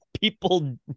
people